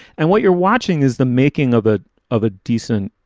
and what you're watching is the making of the of a decent.